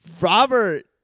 Robert